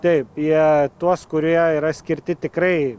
taip jie tuos kurie yra skirti tikrai